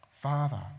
Father